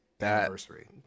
Anniversary